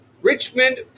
Richmond